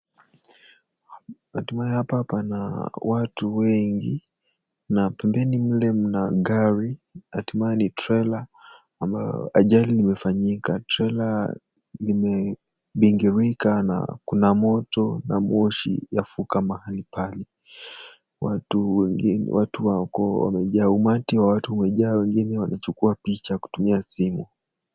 Hatimaye hapa pana watu wengi, na pembeni mle mna gari hatimaye ni trela, ambayo ajali imefanyika. Trela limebingirika na kuna moto na moshi yavuka mahali pale. Watu wengi, watu wa ukoo wamejaa, umati ya watu wamejaa ,wengine walichukua picha kutumia simu.